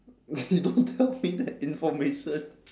!hey! don't tell me that information